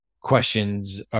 questions